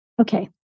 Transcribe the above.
Okay